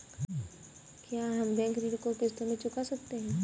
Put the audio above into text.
क्या हम बैंक ऋण को किश्तों में चुका सकते हैं?